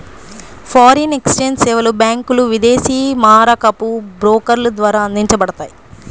foreign exchange సేవలు బ్యాంకులు, విదేశీ మారకపు బ్రోకర్ల ద్వారా అందించబడతాయి